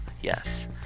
Yes